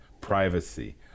privacy